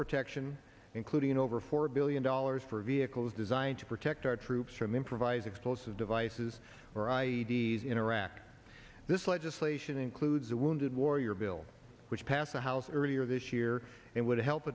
protection including over four billion dollars for vehicles designed to protect our troops from improvised explosive devices in iraq this legislation includes a wounded warrior bill which passed the house earlier this year and would help